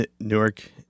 Newark